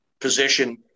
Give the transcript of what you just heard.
position